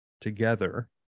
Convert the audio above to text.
together